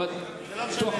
לוועדת העבודה.